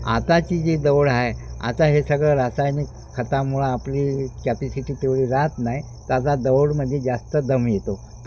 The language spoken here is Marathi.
आताची जी दौड आहे आता हे सगळं रासायनिक खतामुळं आपली कॅपिसिटी तेवढी रहात नाही तर आता दौडमधे जास्त दम येतो